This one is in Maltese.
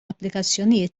applikazzjonijiet